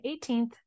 18th